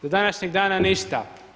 Do današnjeg dana ništa.